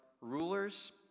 rulers